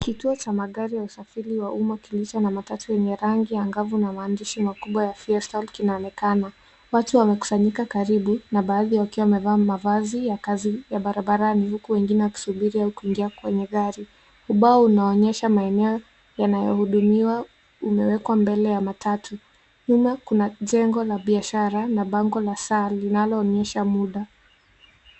Kituo cha magari ya usafiri wa uma kilicho na matatu yenye rangi angavu kuna maandishi makubwa ya fiesta kinaonekana. Watu wamekusanyika karibu na baadhi wakiwa wamevaa mavazi ya kazi ya barabarani huku wengine wanasubiri au kuingia kwenye gari ubao unaonyesha maeneo yanayo hudumiwa umewekwa mbele ya matatu nyuma kuna jengo la biashara na bango la saa linalo onyesha muda.